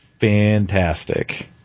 fantastic